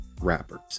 rappers